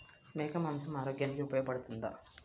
మేక మాంసం ఆరోగ్యానికి ఉపయోగపడుతుందా?